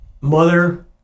mother